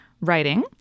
writing